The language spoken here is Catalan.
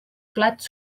plats